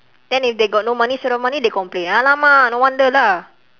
then if they got no money short of money they complain !alamak! no wonder lah